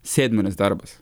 sėdmenys darbas